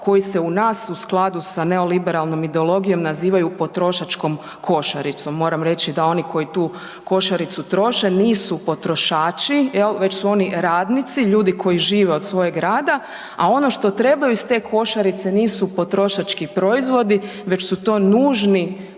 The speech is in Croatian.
koji se u nas u skladu s neoliberalnom ideologijom nazivaju potrošačkom košaricom. Moram reći da oni koji tu košaricu troše nisu potrošači jel, već su oni radnici, ljudi koji žive od svojeg rada, a ono što trebaju iz te košarice nisu potrošački proizvodi već su to nužni proizvodi